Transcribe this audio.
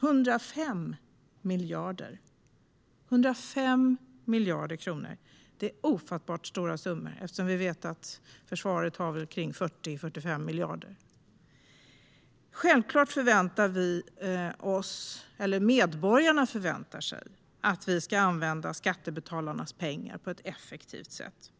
105 miljarder kronor. Det är ofattbart stora summor; försvaret har väl kring 40-45 miljarder. Självklart förväntar sig medborgarna att vi ska använda skattebetalarnas pengar på ett effektivt sätt.